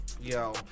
yo